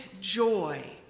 joy